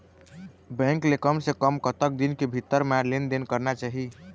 Bank ले कम से कम कतक दिन के भीतर मा लेन देन करना चाही?